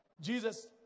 Jesus